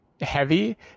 heavy